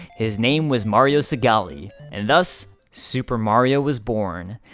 his name was mario segali, and thus super mario was born.